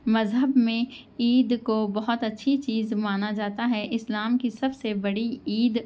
مذہب میں عید کو بہت اچّھی چیز مانا جاتا ہے اسلام کی سب سے بڑی عید